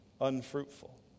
unfruitful